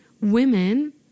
women